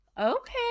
Okay